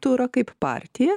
turą kaip partija